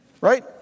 Right